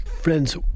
Friends